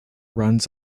runs